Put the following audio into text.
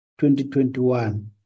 2021